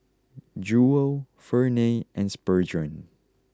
Jewel Ferne and Spurgeon